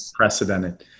precedented